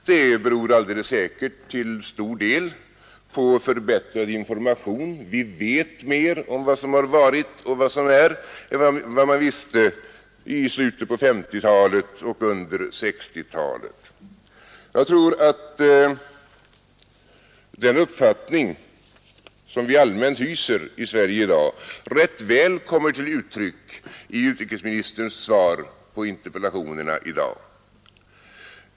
Detta beror alldeles säkert till stor del på förbättrad information; vi vet nu mer om vad som varit och vad som är, än man visste i slutet på 1950-talet och under 1960-talet. Jag tror också att en uppfattning som vi allmänt i dag hyser här i Sverige ganska väl kommer till uttryck i utrikesministerns svar på interpellationerna i dag.